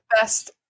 best